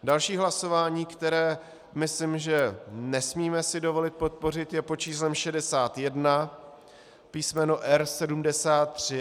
Další hlasování, které si myslím, že si nesmíme dovolit podpořit, je pod č. 61 písmeno R73.